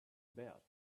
about